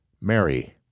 mary